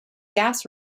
gas